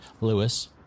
Lewis